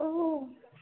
ઓહો